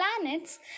planets